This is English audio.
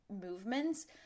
movements